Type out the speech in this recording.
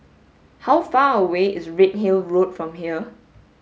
how far away is Redhill Road from here